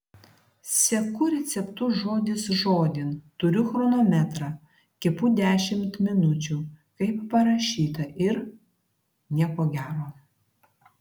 seku receptu žodis žodin turiu chronometrą kepu dešimt minučių kaip parašyta ir nieko gero